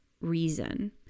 reason